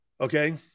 Okay